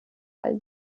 all